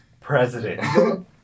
president